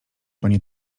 pani